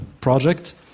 project